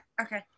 Okay